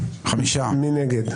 מי נגד?